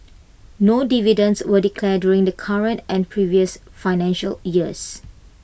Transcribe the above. no dividends were declared during the current and previous financial years